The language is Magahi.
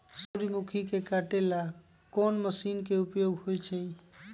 सूर्यमुखी के काटे ला कोंन मशीन के उपयोग होई छइ?